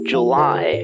July